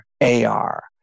AR